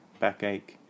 backache